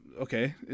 okay